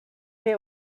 que